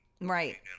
right